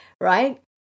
right